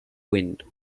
wind